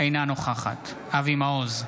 אינה נוכחת אבי מעוז,